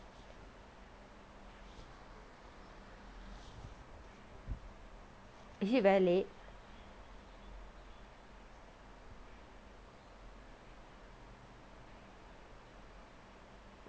is it very late